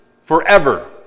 Forever